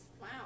Wow